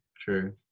true